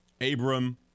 Abram